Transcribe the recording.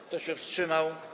Kto się wstrzymał?